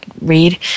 read